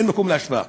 אין מקום להשוואה.